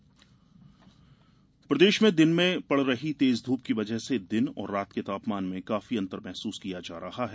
मौसम प्रदेश में दिन में पड़ रही तेज धूप की वजह से दिन और रात के तापमान में काफी अंतर महसूस किया जा रहा है